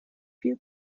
viel